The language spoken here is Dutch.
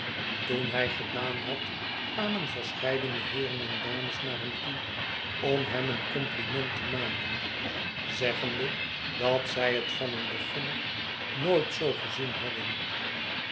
toen hij gedaan had kwamen verscheidene heeren en dames naar hem toe om hem een compliment te maken zeggende dat z'y het van een beginner nooit zoo gezienhadden hetgeen